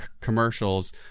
commercials